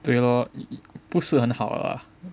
对 lor 不是很好 lah